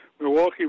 Milwaukee